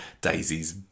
Daisy's